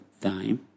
time